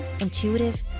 intuitive